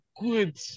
good